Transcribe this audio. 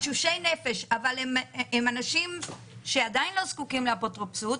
תשושי נפש אבל הם אנשים שעדיין לא זקוקים לאפוטרופסות,